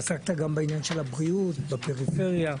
עסקת גם בנושא של הבריאות בפריפריה,